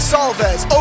Salvez